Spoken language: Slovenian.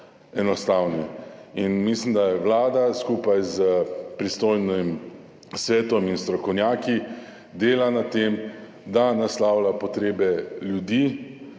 enostavni. Mislim, da Vlada, skupaj s pristojnim svetom in strokovnjaki, dela na tem, da naslavlja potrebe ljudi